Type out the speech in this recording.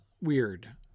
weird